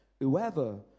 Whoever